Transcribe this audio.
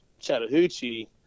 chattahoochee